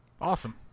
Awesome